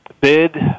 bid